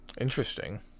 Interesting